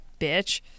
bitch